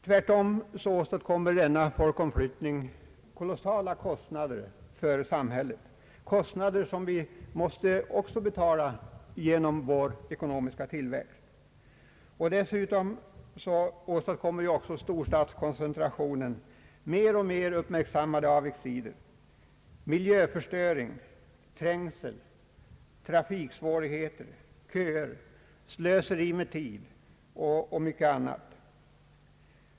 Tvärtom åstadkommer denna folkomflyttning kolossala kostnader för samhället, kostnader som vi måste betala från vår ekonomiska tillväxt. Dessutom medför storstadskoncentrationen fler och fler uppmärksammade avigsidor såsom miljöförstöring, trängsel, trafiksvårigheter, köer, slöseri med tid och mycket annat.